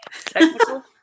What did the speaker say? Technical